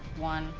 one.